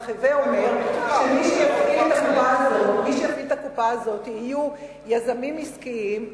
הווי אומר שמי שיפעיל את הקופה הזאת יהיו יזמים עסקיים,